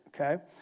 okay